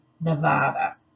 Nevada